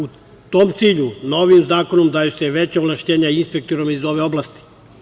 U tom cilju, novim zakonom daju se veća ovlašćenja inspektorima iz ove oblasti.